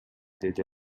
деди